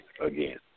again